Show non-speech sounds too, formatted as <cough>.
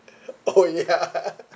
<breath> oh ya <laughs>